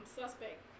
suspect